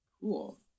Cool